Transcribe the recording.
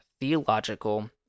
theological